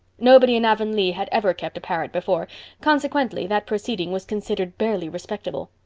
nobody in avonlea had ever kept a parrot before consequently that proceeding was considered barely respectable.